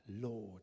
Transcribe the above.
Lord